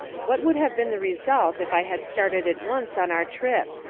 what would have been the result if i had started at once on our trip?